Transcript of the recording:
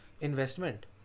investment